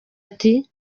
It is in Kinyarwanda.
ati